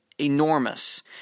enormous